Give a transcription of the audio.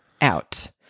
out